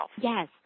Yes